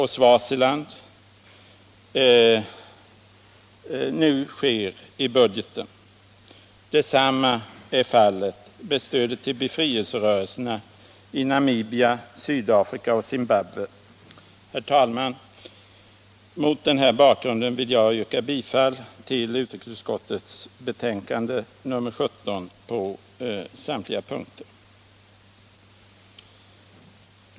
Herr talman! Mot den här bakgrunden vill jag yrka bifall till utrikesutskottets hemställan i betänkandet nr 17 på samtliga punkter.